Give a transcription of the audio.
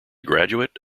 graduate